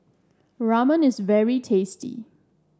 Ramen is very tasty